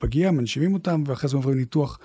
מנשימים אותם, ואחרי זה עוברים ניתוח.